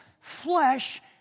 flesh